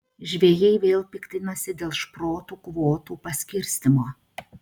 žvejai vėl piktinasi dėl šprotų kvotų paskirstymo